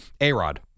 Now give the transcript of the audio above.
A-Rod